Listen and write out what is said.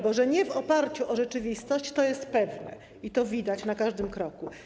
Bo że nie w oparciu o rzeczywistość, to jest pewne, i to widać na każdym kroku.